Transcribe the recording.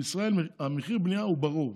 בישראל מחיר הבנייה הוא ברור,